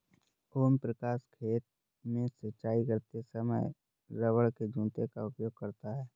ओम प्रकाश खेत में सिंचाई करते समय रबड़ के जूते का उपयोग करता है